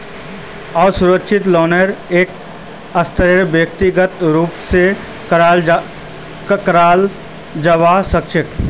असुरक्षित लोनेरो एक स्तरेर व्यक्तिगत रूप स कराल जबा सखा छ